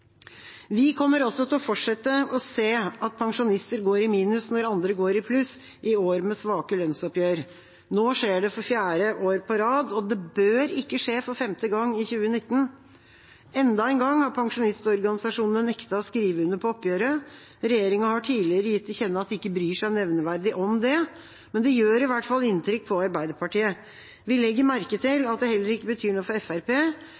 Vi kommer også til å fortsette å se at pensjonister går i minus når andre går i pluss i år med svake lønnsoppgjør. Nå skjer det for fjerde år på rad, og det bør ikke skje for femte gang i 2019. Enda en gang har pensjonistorganisasjonene nektet å skrive under på oppgjøret. Regjeringa har tidligere gitt til kjenne at den ikke bryr seg nevneverdig om det. Men det gjør i hvert fall inntrykk på Arbeiderpartiet. Vi legger merke til at det heller ikke betyr noe for